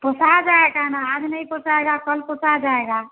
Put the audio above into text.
पोसा जाएगा न आज नहीं पोसाएगा कल पोसा जाएगा